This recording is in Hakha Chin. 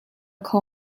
kho